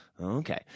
Okay